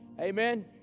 Amen